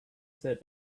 said